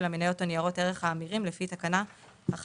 המניות או ניירות הערך ההמירים לפי תקנה 11(1)".